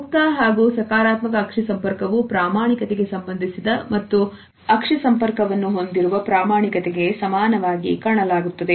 ಮುಕ್ತ ಹಾಗೂ ಸಕಾರಾತ್ಮಕ ಅಕ್ಷಿ ಸಂಪರ್ಕವು ಪ್ರಾಮಾಣಿಕತೆಗೆ ಸಂಬಂಧಿಸಿದ ಮತ್ತು ಪಕ್ಷಿ ಸಂಪರ್ಕವನ್ನು ಹೊಂದಿರುವ ಪ್ರಾಮಾಣಿಕತೆಗೆ ಸಮಾನವಾಗಿ ಕಾಣಲಾಗುತ್ತದೆ